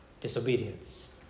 Disobedience